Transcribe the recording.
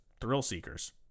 thrill-seekers